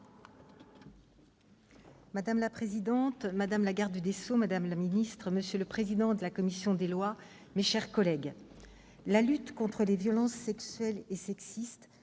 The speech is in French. Madame la présidente, madame le garde des sceaux, madame la secrétaire d'État, monsieur le président de la commission des lois, mes chers collègues, la lutte contre les violences sexuelles et sexistes,